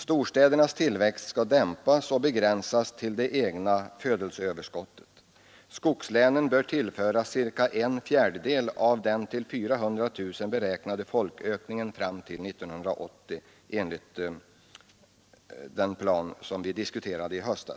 Storstädernas tillväxt skall dämpas och begränsas till det egna födelseöverskottet. Skogslänen bör tillföras cirka en fjärdedel av den till 400 000 personer beräknade folkökningen fram till 1980 enligt centerns alternativ.